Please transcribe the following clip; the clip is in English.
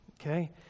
okay